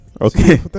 Okay